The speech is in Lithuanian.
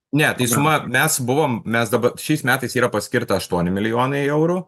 ne tai suma mes buvom mes dabar šiais metais yra paskirta aštuoni milijonai eurų